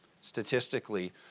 Statistically